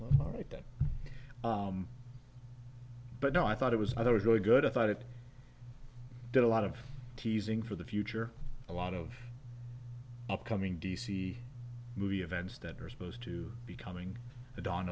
well all right then but no i thought it was i was really good i thought it did a lot of teasing for the future a lot of upcoming d c movie events that are supposed to becoming the dawn